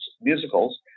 musicals